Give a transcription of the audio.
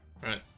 Right